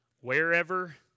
wherever